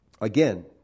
Again